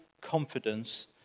confidence